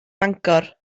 bangor